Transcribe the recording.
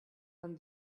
and